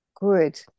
good